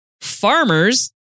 Farmers